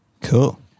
Cool